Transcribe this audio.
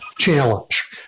Challenge